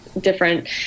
different